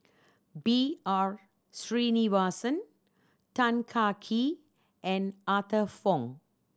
B R Sreenivasan Tan Kah Kee and Arthur Fong